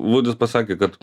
vudis pasakė kad